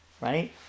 right